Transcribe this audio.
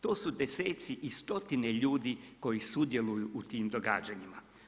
To su desetci i stotine ljudi koji sudjeluju u tim događanjima.